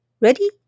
Ready